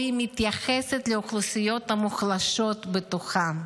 היא מתייחסת לאוכלוסיות המוחלשות בתוכם.